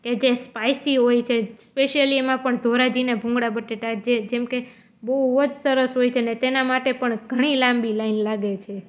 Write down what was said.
કે જે સ્પાઇસી હોય છે સ્પેશિયલી એમાં પણ ધોરાજીના ભૂંગળા બટેટા જે જેમ કે બહુ જ સરસ હોય છે ને તેના માટે પણ ઘણી લાંબી લાઇન લાગે છે